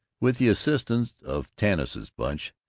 with the assistance of tanis's bunch,